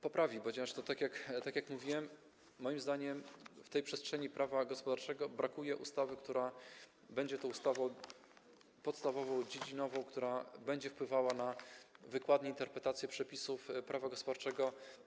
Poprawi, ponieważ, tak jak mówiłem, moim zdaniem w przestrzeni prawa gospodarczego brakuje ustawy, która będzie tą ustawą podstawową, dziedzinową, która będzie wpływała na wykładnie i interpretacje przepisów prawa gospodarczego.